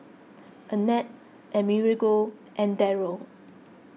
Annette Amerigo and Daryl